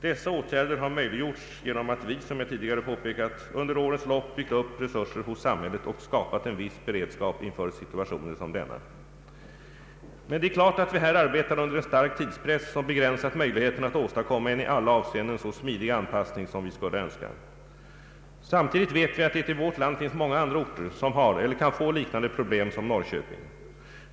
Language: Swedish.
Dessa åtgärder har möjliggjorts genom att vi — som jag tidigare påpekat — under årens lopp byggt upp resurser hos samhället och skapat en viss beredskap inför situationer som denna. Men det är klart att vi här arbetar under en stark tidspress som begränsat möjligheterna att åstadkomma en i alla avseenden så smidig anpassning som vi skulle önska. Samtidigt vet vi att det i vårt land finns många andra orter som har eller kan få liknande problem som Norrköping.